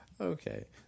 Okay